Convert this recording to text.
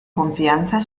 confianza